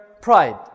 pride